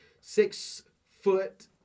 six-foot